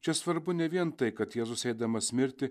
čia svarbu ne vien tai kad jėzus eidamas mirti